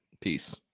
Peace